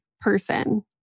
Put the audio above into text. person